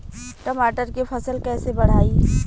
टमाटर के फ़सल कैसे बढ़ाई?